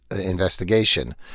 investigation